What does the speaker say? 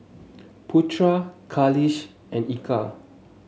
Putra Khalish and Eka